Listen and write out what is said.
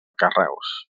carreus